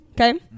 okay